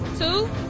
Two